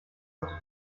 heute